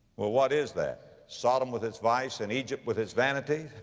well, what is that? sodom with its vice and egypt with its vanity.